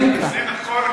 ינוקא.